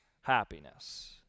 happiness